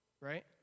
right